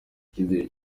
icyizere